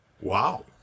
Wow